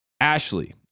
Ashley